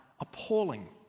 appalling